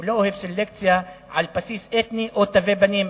לא אוהב סלקציה על בסיס אתני או תווי פנים.